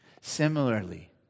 Similarly